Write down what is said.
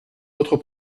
votre